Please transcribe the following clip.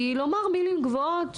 כי לומר מילים גבוהות,